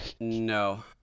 no